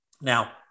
Now